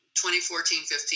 2014-15